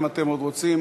אם אתם עוד רוצים